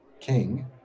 King